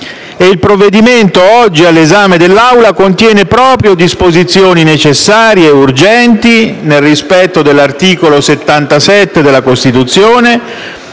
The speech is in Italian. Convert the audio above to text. Il provvedimento oggi all'esame dell'Assemblea contiene proprio disposizioni necessarie ed urgenti, nel rispetto dell'articolo 77 della Costituzione,